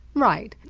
right,